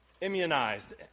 immunized